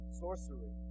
sorcery